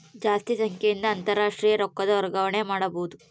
ಜಾಸ್ತಿ ಸಂಖ್ಯೆಯಿಂದ ಅಂತಾರಾಷ್ಟ್ರೀಯ ರೊಕ್ಕದ ವರ್ಗಾವಣೆ ಮಾಡಬೊದು